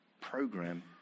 program